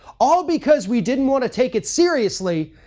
all because we didn't want to take it seriously,